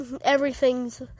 everything's